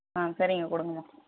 ஆ சரிங்க கொடுங்க